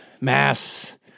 Mass